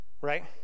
right